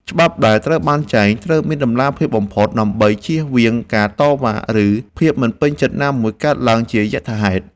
ច្បាប់ដែលបានចែងត្រូវមានតម្លាភាពបំផុតដើម្បីជៀសវាងការតវ៉ា ឬ ភាពមិនពេញចិត្តណាមួយកើតឡើងជាយថាហេតុ។